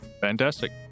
fantastic